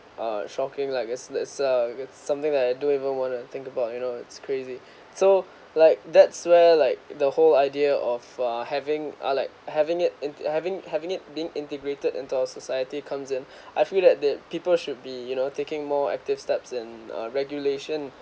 uh shocking (la) I guess its uh it something that I don't even want to think about you know it's crazy so like that's where like the whole idea of uh having ah like having it in having having it being integrated into our society comes in I feel that that people should be you know taking more active steps in uh regulation